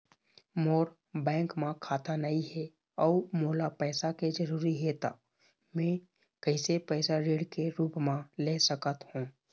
मोर bank म खाता नई हे अउ मोला पैसा के जरूरी हे त मे कैसे पैसा ऋण के रूप म ले सकत हो?